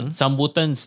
sambutan